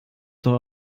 doch